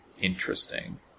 interesting